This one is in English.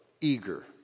eager